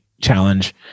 challenge